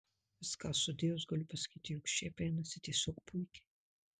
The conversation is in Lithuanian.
viską sudėjus galiu pasakyti jog šiaip einasi tiesiog puikiai